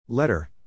Letter